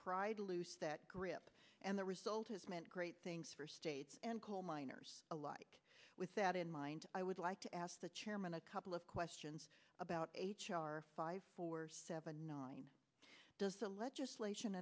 pried loose that grip and the result is meant great things for states and coal miners alike with that in mind i would like to ask the chairman a couple of questions about h r five four seven nine does the legislation